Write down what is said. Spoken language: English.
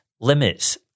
limits